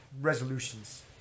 resolutions